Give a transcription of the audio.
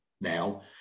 now